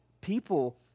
people